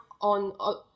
on